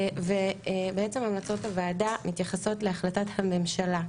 ובעצם המלצות הוועדה מתייחסות להחלטת הממשלה.